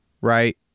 right